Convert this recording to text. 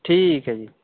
ਠੀਕ ਹੈ ਜੀ